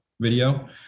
video